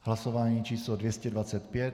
Hlasování číslo 225.